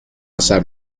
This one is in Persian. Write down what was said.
اثر